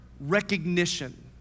recognition